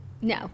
no